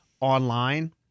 online –